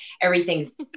Everything's